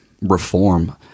reform